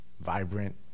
vibrant